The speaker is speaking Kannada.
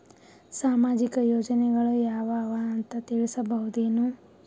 ಸಾಮಾಜಿಕ ಯೋಜನೆಗಳು ಯಾವ ಅವ ಅಂತ ತಿಳಸಬಹುದೇನು?